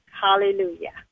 Hallelujah